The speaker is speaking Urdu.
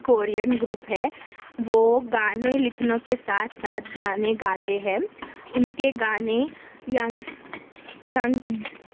کورین گروپ ہے وہ گانے لکھنے کے ساتھ ساتھ گانے گاتے ہیں اُن کے گانے ینگس ینگ